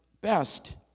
best